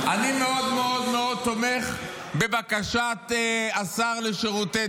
אני מאוד מאוד תומך בבקשת השר לשירותי